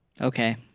okay